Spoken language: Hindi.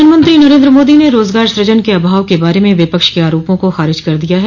प्रधानमंत्री नरेन्द्र मोदी ने रोजगार सृजन के अभाव के बारे में विपक्ष के आरोपों को खारिज कर दिया है